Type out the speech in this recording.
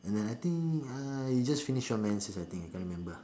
and then I think uh you just finished your menses I think I can't remember